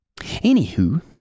Anywho